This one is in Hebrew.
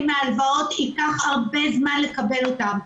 מהלוואות ייקח הרבה זמן לקבל אותם.